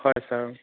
হয় ছাৰ